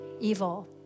Evil